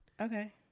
Okay